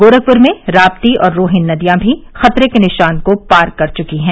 गोरखपुर में राप्ती और रोहिन नदियां भी खतरे के निशान को पार कर चुकी हैं